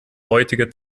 heutige